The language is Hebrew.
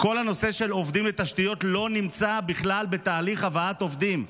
כל הנושא של עובדים לתשתיות לא נמצא בכלל בתהליך הבאת עובדים,